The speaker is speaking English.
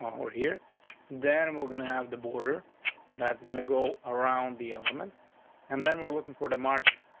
um we're here that and we're gonna have the border that's gonna go around the element and then we're looking for the margin.